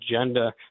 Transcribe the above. agenda